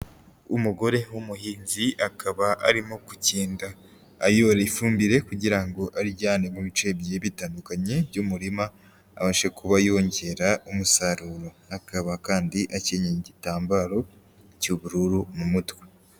Umugore w'umuhinzi akaba arimo gu kugenda ayora ifumbire kugira ngo ariryane mu bice bigiye bitandukanye by'umurima, abashe kuba yongera umusaruro, akaba kandi akennye igitambaro cy'ubururu mu mutwe.